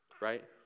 right